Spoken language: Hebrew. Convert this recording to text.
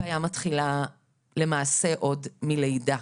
הבעיה מתחילה למעשה עוד מלידה,